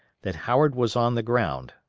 that howard was on the ground,